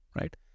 right